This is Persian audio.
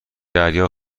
دریا